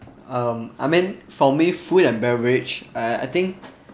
um I mean for me food and beverage eh I think